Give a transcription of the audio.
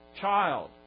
child